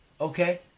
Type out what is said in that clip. okay